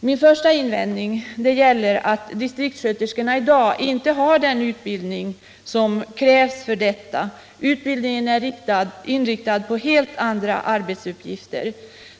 Min första invändning gäller att distriktssköterskorna i dag inte har den utbildning som krävs för detta. Deras utbildning är inriktad på helt andra arbetsuppgifter.